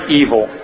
evil